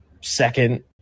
second